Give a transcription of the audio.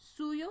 suyo